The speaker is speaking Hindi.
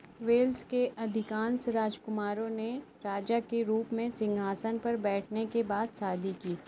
वेल्स के अधिकांश राजकुमारों ने राजा के रूप में सिंहासन पर बैठने के बाद शादी की